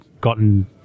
gotten